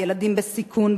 ילדים בסיכון,